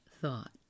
thought